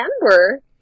remember